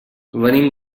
venim